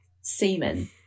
semen